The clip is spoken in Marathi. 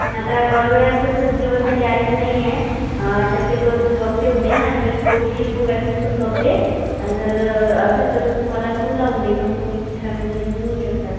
पण आता कॉर्बोवॅक्स तर खूप दिवस झाले आलेली नाही आहे शक्यतोवर मी बघते उद्या आणि कोविशिल्ड कोवॅक्सिन पण बघते अन् जर असेल तर मी तुम्हाला फोन लावून देईन मग तुम्ही तुमचं फॅमिलीला घेऊन येऊ शकता